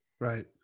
Right